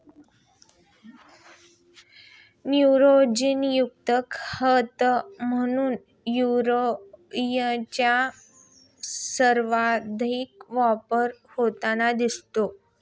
नायट्रोजनयुक्त खत म्हणून युरियाचा सर्वाधिक वापर होताना दिसतो